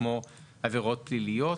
כמו עבירות פליליות.